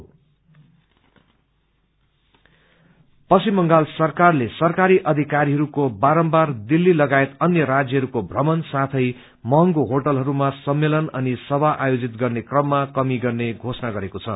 austerity Paschim Bangal सरकारले सरकारी अधिकारीहरूको बारम्बार दिल्ली लगायत अन्य राज्यहाके भ्रमण साथै महंगो श्रेटलहरूमा सम्मेलन अनि सभा ओणित गर्ने कममा कमी गर्ने घोषणा गरेको छ